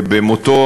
במותו